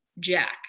jack